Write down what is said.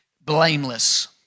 blameless